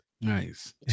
Nice